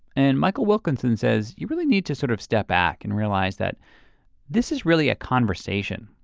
and michael wilkenson says, you really need to sort of step back and realize that this is really a conversation.